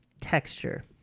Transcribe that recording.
texture